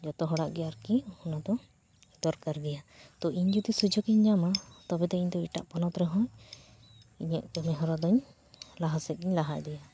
ᱡᱚᱛᱚ ᱦᱚᱲᱟᱜ ᱜᱮ ᱟᱨᱠᱤ ᱚᱱᱟᱫᱚ ᱫᱚᱨᱠᱟᱨ ᱜᱮᱭᱟ ᱛᱚ ᱤᱧ ᱡᱩᱫᱤ ᱥᱩᱡᱩᱜᱤᱧ ᱧᱟᱢᱟ ᱛᱚᱵᱮ ᱫᱚ ᱤᱧᱫᱚ ᱮᱴᱟᱜ ᱯᱚᱱᱚᱛ ᱨᱮᱦᱚᱸ ᱤᱧᱟᱹᱜ ᱠᱟᱹᱢᱤ ᱦᱚᱨᱟ ᱫᱚᱧ ᱞᱟᱦᱟ ᱥᱮᱫ ᱜᱮᱧ ᱞᱟᱦᱟ ᱤᱫᱤᱭᱟ